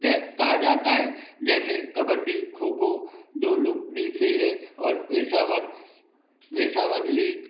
कह कहा जाता है जैसे कबड्डी खो खो दो लोकप्रिय खेल हैं और पेशावर पेशावर लीग